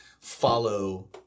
follow